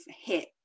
hit